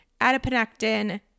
adiponectin